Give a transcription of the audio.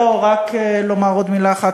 לא, רק לומר עוד מילה אחת.